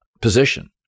position